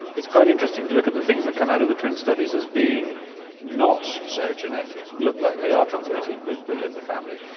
it's quite interesting to look at the things that come out of the twin studies as being not so genetic, look like they are transmitted within the family.